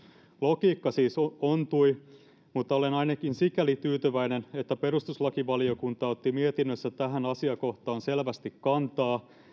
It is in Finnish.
logiikka siis ontui mutta olen tyytyväinen ainakin sikäli että perustuslakivaliokunta otti mietinnössä tähän asiakohtaan selvästi kantaa